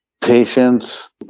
patience